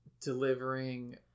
delivering